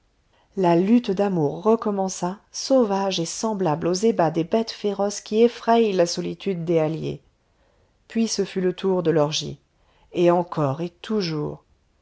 la lutte d'amour recommença sauvage et semblable aux ébats des bêtes féroces qui effrayent la solitude des halliers puis ce fut le tour de l'orgie et encore et toujours